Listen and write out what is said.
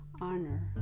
honor